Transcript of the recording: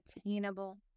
attainable